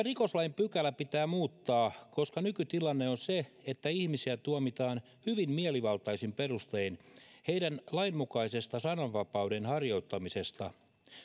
rikoslain pykälä pitää muuttaa koska nykytilanne on se että ihmisiä tuomitaan hyvin mielivaltaisin perustein heidän lainmukaisesta sananvapauden harjoittamisestaan